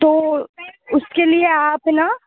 तो उसके लिए आप न